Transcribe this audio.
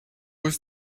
was